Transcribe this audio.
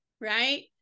right